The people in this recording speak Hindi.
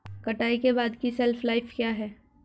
कटाई के बाद की शेल्फ लाइफ क्या है?